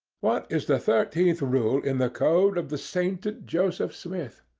what is the thirteenth rule in the code of the sainted joseph smith?